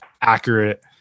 accurate